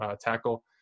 tackle